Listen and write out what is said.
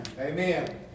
Amen